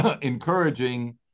encouraging